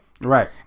Right